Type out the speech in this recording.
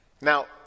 Now